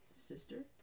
sister